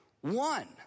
one